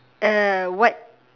err what